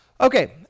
Okay